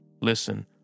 Listen